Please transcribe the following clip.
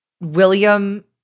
William